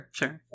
sure